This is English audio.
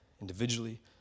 individually